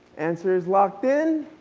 answers locked in.